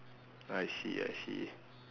I see I see